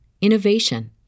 innovation